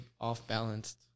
off-balanced